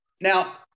now